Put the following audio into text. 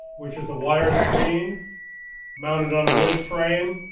which is a wire screen mounted on a wood frame,